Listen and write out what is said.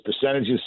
percentages